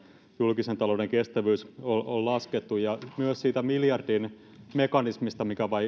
julkisen talouden kestävyys on laskettu ja myös siitä miljardin mekanismista